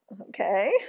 okay